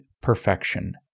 perfection